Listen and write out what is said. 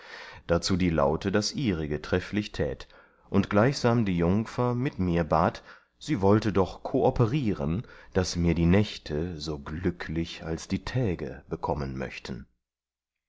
darzu die laute das ihrige trefflich tät und gleichsam die jungfer mit mir bat sie wollte doch kooperieren daß mir die nächte so glücklich als die täge bekommen möchten